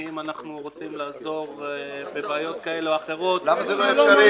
כי אם אנחנו רוצים לעזור בבעיות כאלו או אחרות --- למה זה לא אפשרי?